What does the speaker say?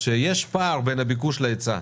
שיש פער בין הביקוש להיצע,